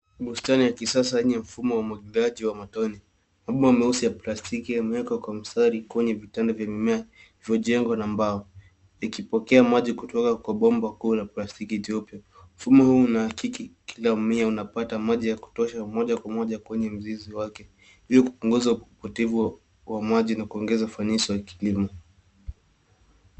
Bustani ya kisasa yenye mfumo wa umwagiliaji wa matone. Mabomba meusi ya plastiki yamewekwa kwa mstari kwenye vitanda vya mimea viliyojengwa na mbao, ikipokea maji kutoka kwa bomba kuu la plastiki jeupe. Mfumo huu unaakiki kila mmea unapata maji ya kutosha wa moja kwa moja kwenye mzizi wake. Pia kupunguza upotevu wa maji na kuongeza ufanisi wa kilimo.